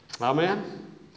Amen